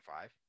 five